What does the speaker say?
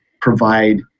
provide